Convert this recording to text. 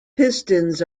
pistons